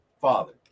father